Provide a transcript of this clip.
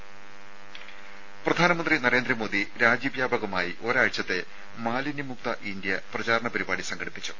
രുമ പ്രധാനമന്ത്രി നരേന്ദ്രമോദി രാജ്യവ്യാപകമായി ഒരാഴ്ചത്തെ മാലിന്യ മുക്ത ഇന്ത്യ പ്രചാരണ പരിപാടി പ്രഖ്യാപിച്ചു